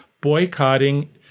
boycotting